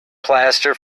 plaster